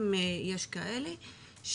אם יש כאלה,